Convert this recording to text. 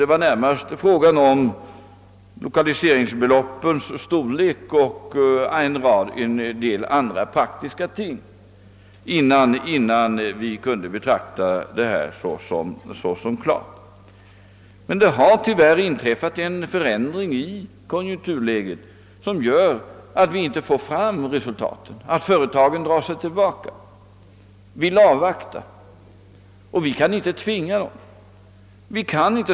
Det var närmast frågan om lokaliseringsbeloppens storlek och en del andra praktiska detaljer som återstod innan vi kunde betrakta lokaliseringen såsom klar. Det har emellertid nu inträffat en förändring i konjunkturläget, som gör att vi inte får några positiva resultat, utan företagen drar sig tillbaka och vill avvakta utvecklingen. Vi kan inte heller tvinga dem till en lokalisering.